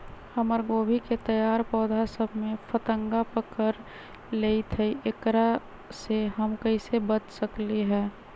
हमर गोभी के तैयार पौधा सब में फतंगा पकड़ लेई थई एकरा से हम कईसे बच सकली है?